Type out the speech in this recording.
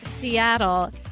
seattle